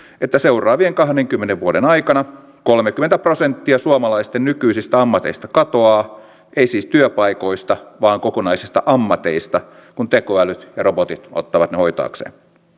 että seuraavien kahdenkymmenen vuoden aikana kolmekymmentä prosenttia suomalaisten nykyisistä ammateista katoaa ei siis työpaikoista vaan kokonaisista ammateista kun tekoälyt ja robotit ottavat ne hoitaakseen